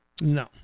No